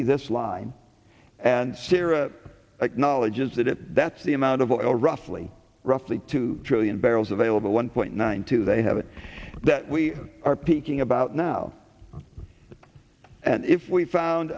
be this line and sarah acknowledges that it that's the amount of oil roughly roughly two trillion barrels available one point nine two they have that we are peaking about now and if we found